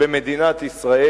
במדינת ישראל,